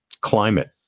climate